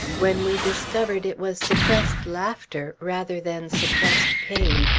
when we discovered it was suppressed laughter, rather than suppressed pain,